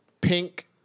pink